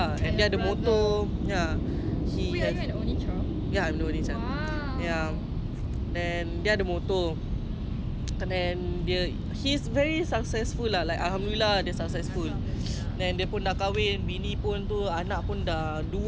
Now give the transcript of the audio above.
anak pun dah dua macam okay lah you know what I'm just gonna be like him lah he he is a major in err I think major sergeant ah I don't know in N_S in his army ya cause he signed on ya